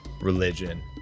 Religion